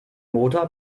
motor